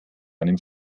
einem